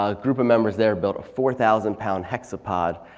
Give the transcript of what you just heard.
ah group of members there built a four thousand pound hexapod.